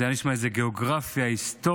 זה היה נשמע גיאוגרפיה, היסטוריה,